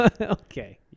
Okay